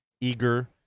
eager